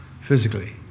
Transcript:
physically